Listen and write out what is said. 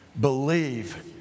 believe